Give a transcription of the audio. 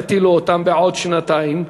יטילו אותם בעוד שנתיים?